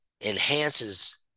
enhances